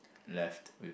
left with